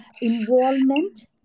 involvement